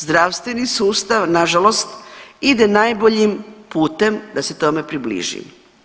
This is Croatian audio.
Zdravstveni sustav nažalost ide najboljim putem da se tome približi.